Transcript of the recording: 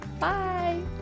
bye